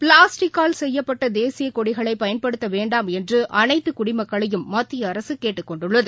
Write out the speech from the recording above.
பிளாஸ்டிக்கால் செய்யப்பட்டதேசியக் கொடிகளைபயன்படுத்தவேண்டாம் என்றுஅனைத்துகுடிமக்களையும் மத்திய அரசுகேட்டுக் கொண்டுள்ளது